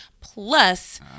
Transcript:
plus